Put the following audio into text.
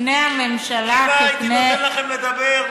הייתי נותן לכם לדבר.